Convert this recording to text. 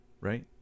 right